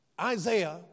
Isaiah